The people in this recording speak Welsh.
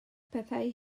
pethau